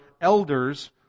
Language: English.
elders